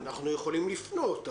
אנחנו יכולים לפנות.